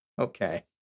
Okay